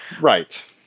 right